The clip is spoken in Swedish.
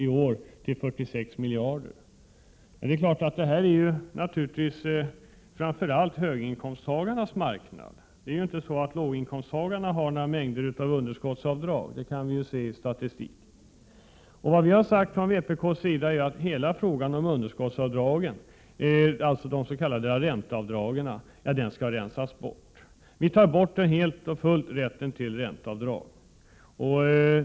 I år uppgår de till 46 miljarder kronor. Det här är naturligtvis framför allt höginkomsttagarnas marknad. Att låginkomsttagarna inte har mängder av underskottsavdrag, kan vi se i statistiken. Vi har sagt från vpk:s sida att hela frågan om underskottsavdragen, alltså dess.k. ränteavdragen, skall rensas bort. Vi vill helt och fullt ta bort rätten till ränteavdrag.